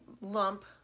lump